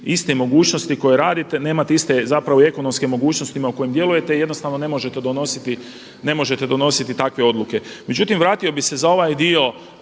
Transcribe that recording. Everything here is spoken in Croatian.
istim mogućnostima koje radite, nemate iste zapravo ekonomske mogućnosti u kojima djelujete i jednostavno ne možete donositi takve odluke. Međutim, vratio bi se za ovaj dio